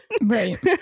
Right